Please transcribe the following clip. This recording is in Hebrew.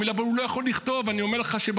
הוא אומר לי: אבל אני אומר לך שבמצב,